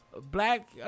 black